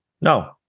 No